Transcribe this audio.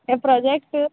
हे प्रोजेक्ट